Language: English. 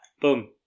Boom